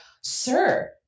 sir